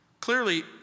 Clearly